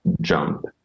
jump